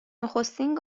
نخستین